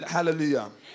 Hallelujah